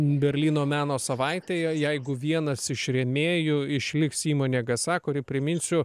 berlyno meno savaitėje jeigu vienas iš rėmėjų išliks įmonė gasak kuri priminsiu